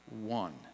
one